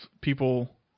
people